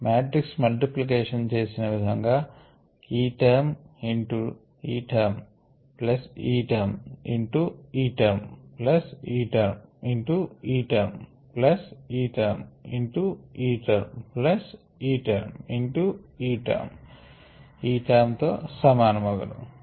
matrix multiplication చేసిన విధముగా ఈ టర్మ్ ఇంటూ ఈ టర్మ్ ప్లస్ ఈ టర్మ్ ఇంటూ ఈ టర్మ్ ప్లస్ ఈ టర్మ్ ఇంటూ ఈ టర్మ్ ప్లస్ ఈ టర్మ్ ఇంటూ ఈ టర్మ్ ప్లస్ ఈ టర్మ్ ఇంటూ ఈ టర్మ్ ఈ టర్మ్ తో సమానమగును